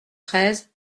treize